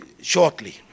shortly